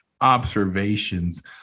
observations